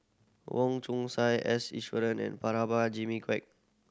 Wong Chong Sai S and Jimmy Quek